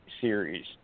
Series